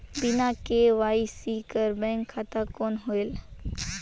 बिना के.वाई.सी कर बैंक खाता कौन होएल?